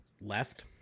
left